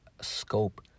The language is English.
scope